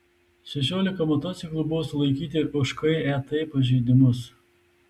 šešiolika motociklų buvo sulaikyti už ket pažeidimus